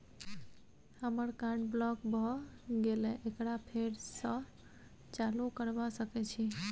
हमर card block भ गेले एकरा फेर स चालू करबा सके छि?